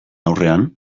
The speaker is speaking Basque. aurrean